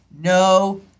no